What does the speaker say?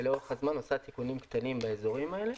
ולאורך הזמן עושה תיקונים קטנים באזורים האלה.